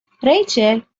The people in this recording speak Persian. ریچل